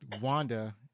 Wanda